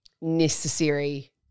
necessary